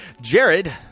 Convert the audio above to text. Jared